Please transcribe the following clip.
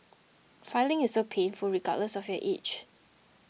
filing is so painful regardless of your age